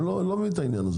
אני לא מבין את העניין הזה.